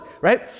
right